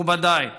מכובדיי,